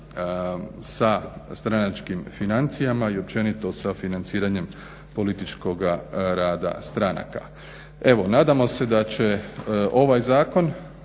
sa stranačkim financijama i općenito sa financiranjem političkog rada stranaka. Evo nadamo se da će ovaj zakon